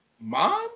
mom